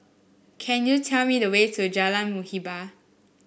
can you tell me the way to Jalan Muhibbah